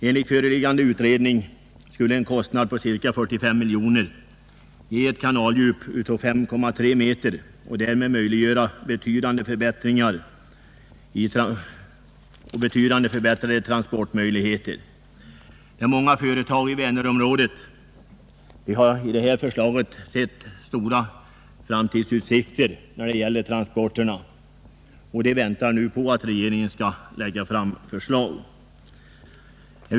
Enligt föreliggande utredning skulle en kostnad på ca 45 miljoner kronor ge ett kanaldjup på 5,3 m och därmed skapa betydligt förbättrade transportmöjligheter. Många företag i Vänernområdet har i det föreliggande förslaget sett stora framtidsutsikter när det gäller transporterna. De väntar nu på att regeringen skall lägga fram förslag.